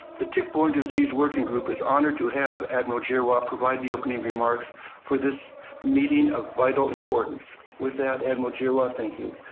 the tick-borne disease working group is honored to have admiral giroir provide the opening remarks for this meeting of vital importance. with that, admiral giroir, thank you.